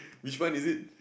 which one is it